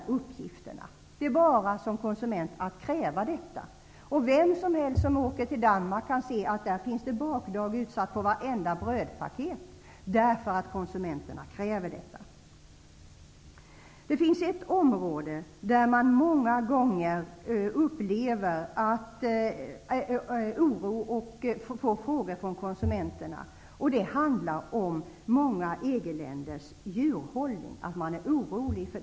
Det är bara för mig som konsument att kräva detta. Vem som helst som åker till Danmark kan se att där finns bakdag utsatt på vartenda brödpaket därför att konsumenterna kräver detta. Det finns ett område där konsumenter många gånger upplever oro och ställer frågor. Det rör sig om många EG-länders djurhållning, som en del är oroliga för.